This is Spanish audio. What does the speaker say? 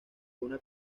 una